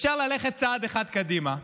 אפשר ללכת צעד אחד קדימה,